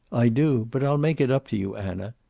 i do. but i'll make it up to you, anna.